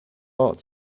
ought